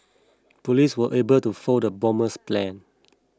police were able to foil the bomber's plan